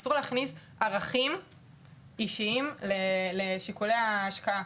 אסור להכניס ערכים אישיים לשיקולי ההשקעה.